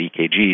EKGs